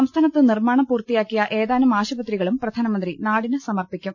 സംസ്ഥാനത്ത് നിർമാണം പൂർത്തിയാക്കിയ ഏതാനും ആശുപത്രികളും പ്രധാ നമന്ത്രി നാടിന് സമർപ്പിക്കും